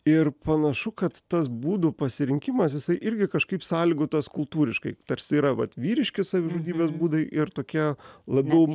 ir panašu kad tas būdų pasirinkimas jisai irgi kažkaip sąlygotas kultūriškai tarsi yra vat vyriški savižudybės būdai ir tokie labiau